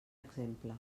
exemple